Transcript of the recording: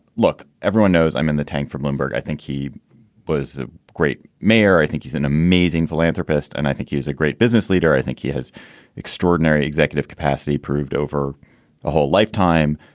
look, everyone knows i'm in the tank for bloomberg. i think he was the great mayor. i think he's an amazing philanthropist and i think he a great business leader. i think he has extraordinary executive capacity proved over a whole lifetime